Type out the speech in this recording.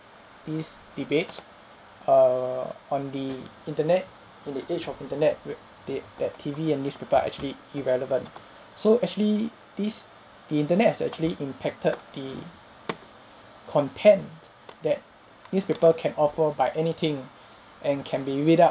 these debates err on the internet in the age of internet where th~ that T_V and newspaper are actually irrelevant so actually this the internet has actually impacted the content that newspaper can offer by anything and can be without